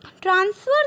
Transfer